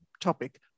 topic